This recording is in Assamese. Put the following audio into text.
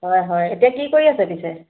হয় হয় এতিয়া কি কৰি আছে পিছে